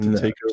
take